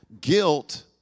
Guilt